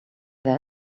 there